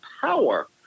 power